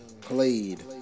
played